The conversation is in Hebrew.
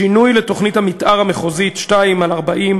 שינוי לתוכנית המתאר המחוזית 2/40/14/4,